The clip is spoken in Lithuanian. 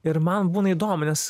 ir man būna įdomu nes